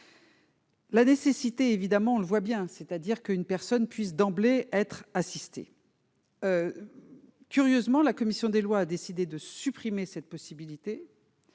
La nécessité, évidemment, on le voit bien, c'est-à-dire qu'une personne puisse d'emblée être assisté, curieusement, la commission des lois a décidé de supprimer cette possibilité